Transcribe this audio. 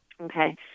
okay